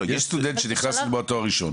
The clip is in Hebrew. יש סטודנט שנכנס ללמוד תואר ראשון.